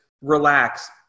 relax